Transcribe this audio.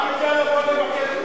רק יודע לבוא לבקש תמיכות.